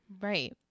Right